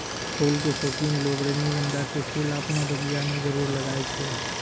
फूल के शौकिन लोगॅ रजनीगंधा के फूल आपनो बगिया मॅ जरूर लगाय छै